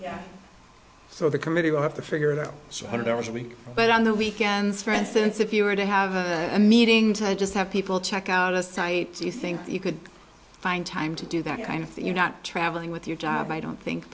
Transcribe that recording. right so the committee will have to figure it out so hundred hours a week but on the weekends for instance if you were to have a meeting to just have people check out a site do you think you could find time to do that kind of thing you're not traveling with your job i don't think